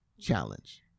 challenge